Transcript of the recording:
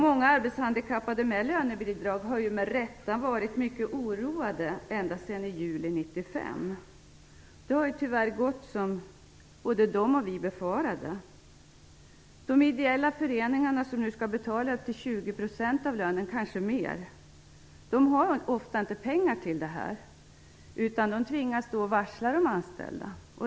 Många arbetshandikappade med lönebidrag har med rätta varit mycket oroade ända sedan i juli 1995. Det har tyvärr blivit som både de och vi befarade. De ideella föreningar som nu skall betala 20 % av lönen, kanske mer, har ofta inte pengar till detta. De tvingas då varsla de anställda.